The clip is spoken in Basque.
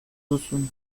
duzun